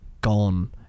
gone